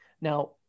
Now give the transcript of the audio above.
now